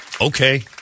Okay